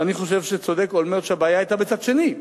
אני חושב שצודק אולמרט שהבעיה היתה בצד השני.